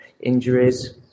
injuries